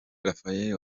rafael